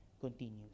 continues